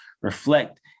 reflect